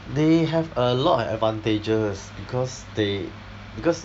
they have a lot of advantages because they because